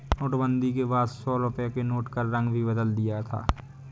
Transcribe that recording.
नोटबंदी के बाद सौ रुपए के नोट का रंग भी बदल दिया था